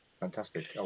Fantastic